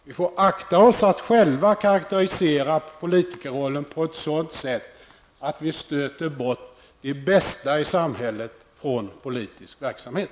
Vi får akta oss för att själva karakterisera politikerrollen på ett sådant sätt att vi skrämmer bort de bästa i samhället från politisk verksamhet.